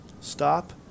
Stop